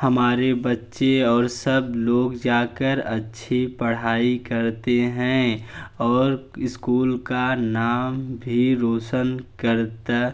हमारे बच्चे और सब लोग जाकर अच्छी पढ़ाई करते हैं और स्कूल का नाम भी रौशन करता